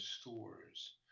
stores